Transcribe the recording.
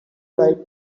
light